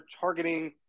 targeting